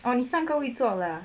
哦你上个 week 做了 lah